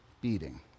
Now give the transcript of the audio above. beating